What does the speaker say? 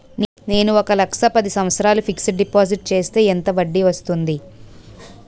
నేను ఒక లక్ష పది సంవత్సారాలు ఫిక్సడ్ డిపాజిట్ చేస్తే ఎంత వడ్డీ వస్తుంది?